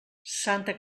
santa